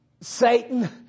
Satan